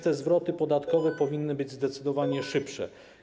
Te zwroty podatkowe powinny więc być zdecydowanie szybsze.